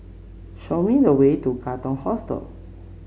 show me the way to Katong Hostel